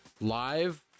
live